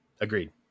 Agreed